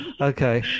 Okay